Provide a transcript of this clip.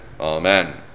Amen